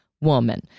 woman